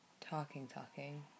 talking-talking